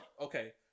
Okay